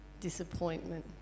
Disappointment